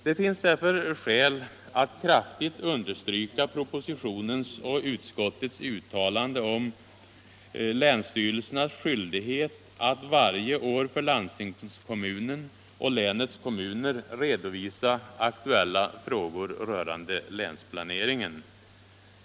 Det finns mot denna bakgrund skäl att kraftigt understryka uttalandet i propositionen och i utskottsbetänkandet om länsstyrelsernas skyldighet att varje år för landstingskommunen och länets kommuner redovisa aktuella frågor rörande länsplaneringen.